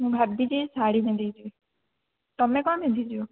ମୁଁ ଭାବିଛି ଶାଢ଼ୀ ପିନ୍ଧିକି ଯିବି ତୁମେ କ'ଣ ପିନ୍ଧିକି ଯିବ